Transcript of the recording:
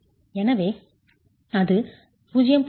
எனவே அது 0